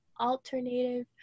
alternative